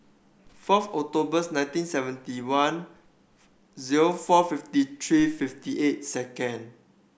forth Octobers nineteen seventy one zero four fifty three fifty eight second